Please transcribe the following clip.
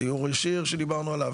דיור ישיר שדיברנו עליו,